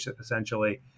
essentially